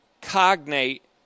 cognate